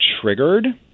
triggered